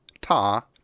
ta